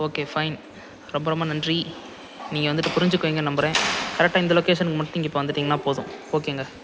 okay fine ரொம்ப ரொம்ப நன்றி நீங்கள் வந்துட்டு புரிஞ்சிக்குவிங்கன்னு நம்புகிறேன் கரெக்டாக இந்த லொகேஷனுக்கு மட்டும் இங்கே இப்போ வந்துட்டீங்கன்னால் போதும் ஓகேங்க